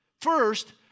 First